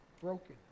broken